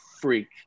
freak